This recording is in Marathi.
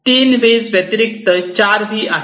3 व्ही V's व्यतिरिक्त 4 व्ही V's आहेत